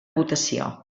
votació